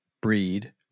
breed